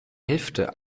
hälfte